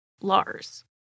Lars